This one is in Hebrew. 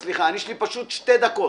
יש לנו רק עוד שתי דקות.